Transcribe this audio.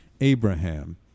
Abraham